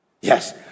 Yes